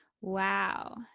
Wow